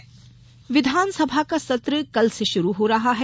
विधानसभा सत्र विधानसभा का सत्र कल से शुरू हो रहा है